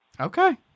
Okay